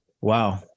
Wow